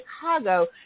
Chicago